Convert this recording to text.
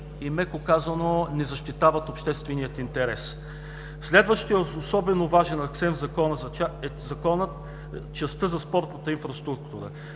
са спорни и не защитават обществения интерес. Следващият особено важен акцент в Закона е частта за спортната инфраструктура.